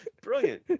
Brilliant